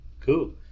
Cool